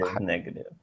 negative